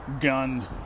gun